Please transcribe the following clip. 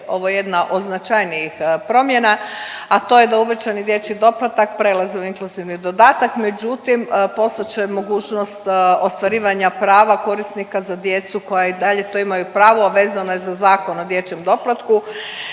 ovo jedna od značajnijih promjena, a to je da uvećani dječji doplatak prelazi u inkluzivni dodatak međutim postojat će mogućnost ostvarivanja prava korisnika za djecu koja i dalje to imaju pravo, a vezano je za Zakon o dječjem doplatku.